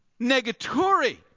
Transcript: Negatory